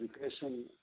education